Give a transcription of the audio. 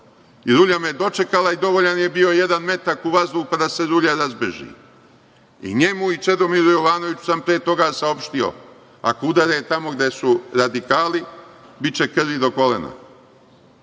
i rulja me dočekala i dovoljan je bio jedan metak u vazduh pa da se rulja razbeži. Njemu i Čedomiru Jovanoviću sam pre toga saopštio – ako udare tamo gde su radikali, biće krvi do